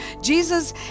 Jesus